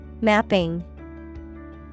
Mapping